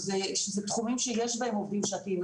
שזה תחומים שיש בהם עובדים שעתיים,